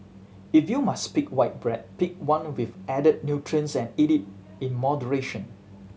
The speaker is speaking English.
if you must pick white bread pick one with added nutrients and eat it in moderation